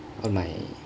all my